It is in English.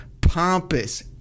pompous